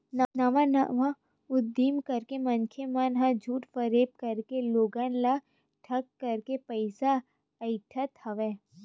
नवा नवा उदीम करके मनखे मन ह झूठ फरेब करके लोगन ल ठंग करके पइसा अइठत हवय